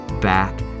back